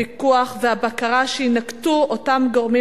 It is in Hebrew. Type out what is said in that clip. הפיקוח והבקרה שינקטו אותם גורמים